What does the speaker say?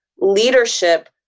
leadership